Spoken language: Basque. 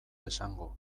esango